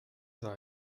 sein